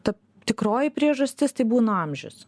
ta tikroji priežastis tai būna amžius